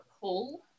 pull